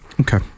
Okay